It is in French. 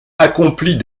accomplit